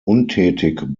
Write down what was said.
untätig